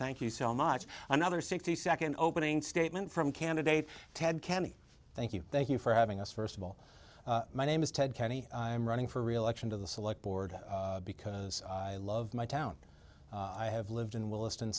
thank you so much another sixty second opening statement from candidate ted kennedy thank you thank you for having us first of all my name is ted kenny i'm running for reelection to the select board because i love my town i have lived in williston